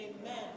Amen